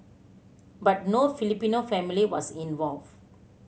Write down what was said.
but no Filipino family was involved